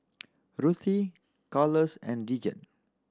Ruthie Carlos and Dijon